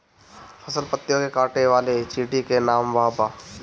फसल पतियो के काटे वाले चिटि के का नाव बा?